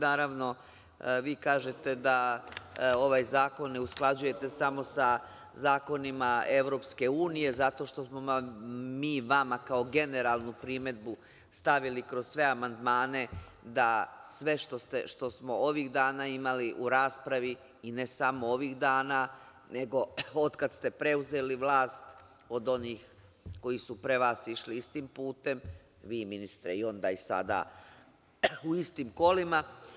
Naravno, vi kažete da ovaj zakon ne usklađujete samo sa zakonima EU, zato što smo mi vama kao generalnu primedbu stavili kroz sve amandmane da sve što smo ovih dana imali u raspravi i ne samo ovih dana nego od kad ste preuzeli vlast od onih koji su pre vas išli istim putem, vi ministre, i onda i sada u istim kolima.